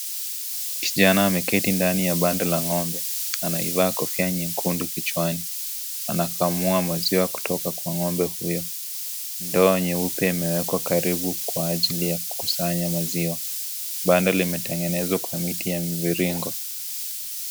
Kijana ameketi ndani ya banda la ngombe, anaivaa kofia nyekundu kichwani, anakamua maziwa kutoka kwa ngombe huyo, ndoo nyeupe imewekwa karibu kwa ajili ya kusanya maziwa, bando limetengenezwa kwa miti ya miviringo.